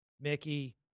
Mickey